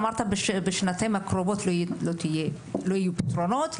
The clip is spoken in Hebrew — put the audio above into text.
אמרת בשנתיים הקרובות לא יהיו פתרונות,